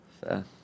Fair